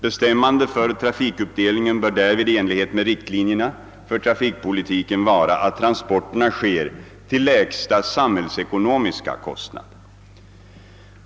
Bestämmande för trafikuppdelningen bör därvid i enlighet med riktlinjerna för trafikpolitiken vara att transporterna sker till lägsta samhällsekonomiska kostnad.